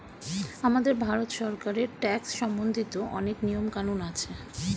আমাদের ভারত সরকারের ট্যাক্স সম্বন্ধিত অনেক নিয়ম কানুন আছে